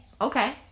Okay